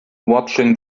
watching